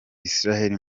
israel